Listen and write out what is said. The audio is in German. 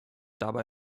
dabei